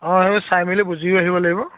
অ সেইবোৰ চাই মেলি বুজিও আহিব লাগিব